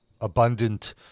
abundant